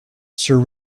sir